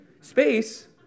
Space